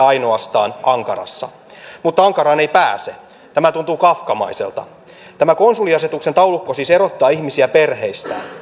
ainoastaan ankarassa mutta ankaraan ei pääse tämä tuntuu kafkamaiselta tämä konsuliasetuksen taulukko siis erottaa ihmisiä perheistään